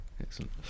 Excellent